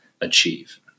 achieve